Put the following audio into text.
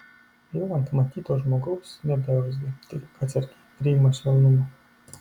jau ant matyto žmogaus nebeurzgia tik atsargiai priima švelnumą